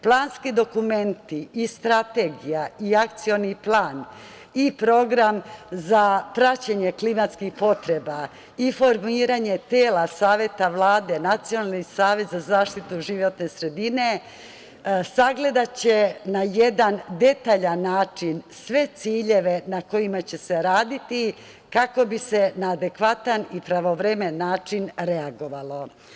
Planski dokumenti i strategija i akcioni plani i Program za praćenje klimatskih potreba i formiranje tela saveta Vlade, Nacionalni savet za zaštitu životne sredine, sagledaće na jedan detaljan način sve ciljeve na kojima će se raditi kako bi se na adekvatan i pravovremen način reagovalo.